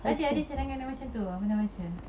ada ada cadangan yang macam tu pernah baca